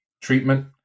treatment